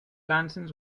lanterns